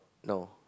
no